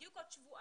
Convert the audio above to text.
בדיוק עוד שבועיים.